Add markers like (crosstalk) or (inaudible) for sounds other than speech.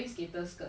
(laughs)